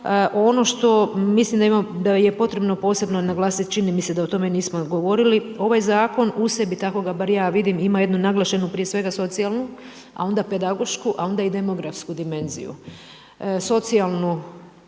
Ono što mislim da je potrebno posebno naglasiti, čini mi se da o tome nismo govorili, ovaj zakon u sebi, tako ga bar ja vidim, ima jednu naglašenu prije svega socijalnu a onda pedagošku a onda i demografsku dimenziju.